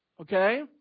Okay